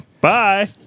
Bye